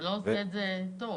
זה לא עובד טוב.